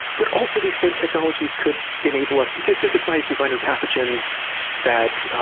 but, also these same technologies could enable us to synthesize designer pathogens that